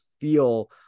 feel